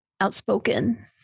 outspoken